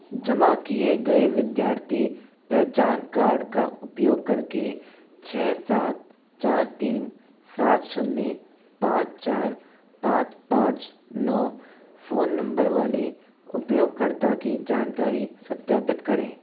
जमा किए गए विद्यार्थी पहचान कार्ड का उपयोग करके छ सात चार तीन सात शून्य पाँच चार पाँच पाँच नौ फ़ोन नंबर वाले उपयोगकर्ता की जानकारी सत्यापित करें